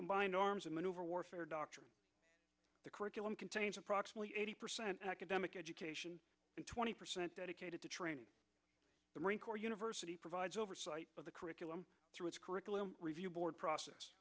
combined arms and maneuver warfare dr the curriculum contains approximately eighty percent of academic education and twenty percent dedicated to training the marine corps university provides oversight of the curriculum through its curriculum review board process